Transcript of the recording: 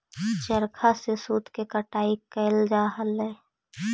चरखा से सूत के कटाई कैइल जा हलई